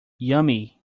yummy